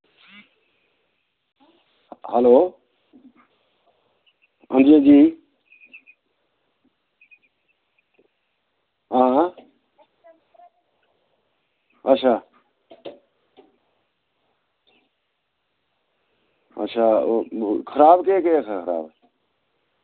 hello अंजी अंजी आं अच्छा अच्छा खराब केह् केह् ऐ इसदा